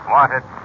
Wanted